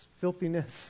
filthiness